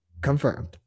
Confirmed